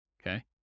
Okay